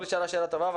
אורלי שאלה שאלה טובה.